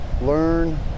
Learn